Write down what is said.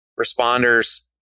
responders